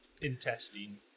intestine